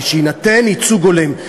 שיינתן ייצוג הולם.